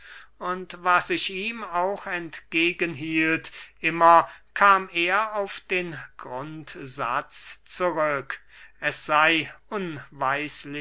und was ich ihm auch entgegen hielt immer kam er auf den grundsatz zurück es sey